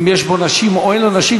אם יש בו נשים או אין בו נשים,